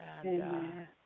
Amen